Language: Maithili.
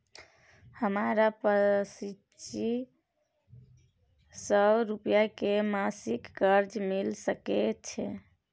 हमरा पच्चीस सौ रुपिया के मासिक कर्जा मिल सकै छै?